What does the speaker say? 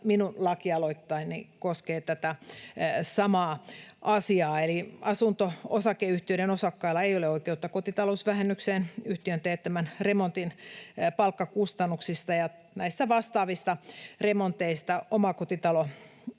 minun lakialoitteeni koskee tätä samaa asiaa: asunto-osakeyhtiöiden osakkailla ei ole oikeutta kotitalousvähennykseen yhtiön teettämän remontin palkkakustannuksista, ja näistä vastaavista remonteista omakotitaloasukkailla